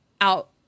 out